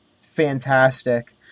fantastic